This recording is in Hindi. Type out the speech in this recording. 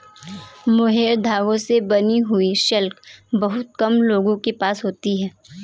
मोहैर धागे से बनी हुई शॉल बहुत कम लोगों के पास होती है